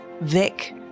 Vic